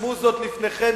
רשמו זאת לפניכם,